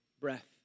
breath